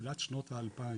תחילת שנות האלפיים,